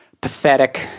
Pathetic